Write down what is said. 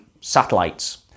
satellites